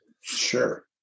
sure